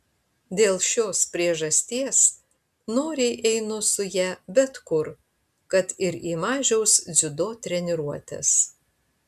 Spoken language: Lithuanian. dėl šios priežasties noriai einu su ja bet kur kad ir į mažiaus dziudo treniruotes